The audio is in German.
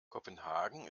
kopenhagen